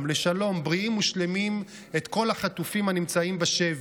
לשלום בריאים ושלמים את כל החטופים הנמצאים בשבי,